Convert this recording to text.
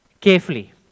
carefully